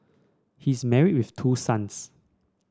he is married with two sons